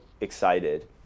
excited